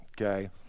okay